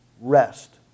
Rest